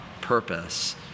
purpose